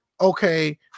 Okay